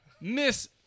Miss